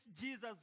Jesus